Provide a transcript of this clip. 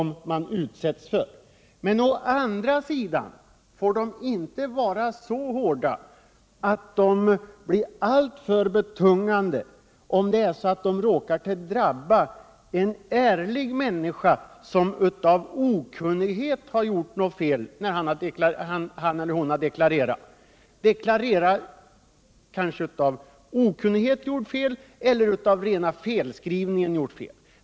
Å andra sidan får de inte vara så hårda att de blir alltför betungande om de drabbar en ärlig människa som på grund av okunnighet deklarerat fel eller som gjort sig skyldig till en ren felskrivning.